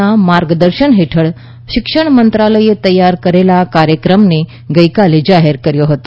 ના માર્ગદર્શન હેઠળ શિક્ષણ મંત્રાલયે તૈયાર કરેલા આ કાર્યક્રમને ગઈકાલે જાહેર કર્યો હતો